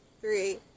three